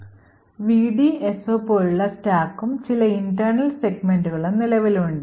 VDSO പോലുള്ള സ്റ്റാക്കും ചില internal സെഗ്മെന്റുകളും നിലവിലുണ്ട്